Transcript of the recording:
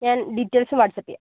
ഞാൻ details WhatsApp ചെയ്യാം